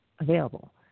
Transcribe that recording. available